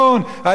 "עליהום",